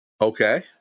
Okay